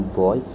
boy